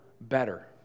better